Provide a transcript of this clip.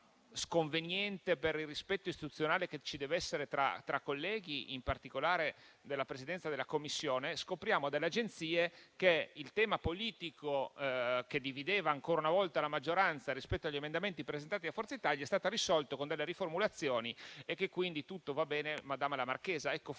sconveniente per il rispetto istituzionale che ci dev'essere tra colleghi, in particolare della Presidenza della Commissione - scopriamo dalle agenzie che il tema politico che divideva ancora una volta la maggioranza rispetto agli emendamenti presentati da Forza Italia è stato risolto con alcune riformulazioni, quindi «tutto va bene, madama la Marchesa». Ecco, forse